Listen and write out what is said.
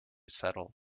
settle